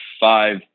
five